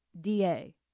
DA